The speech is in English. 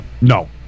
No